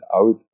out